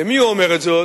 למי הוא אומר את זאת?